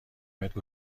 متر